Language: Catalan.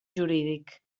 jurídic